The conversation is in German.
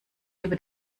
über